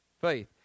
faith